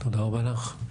תודה רבה לך.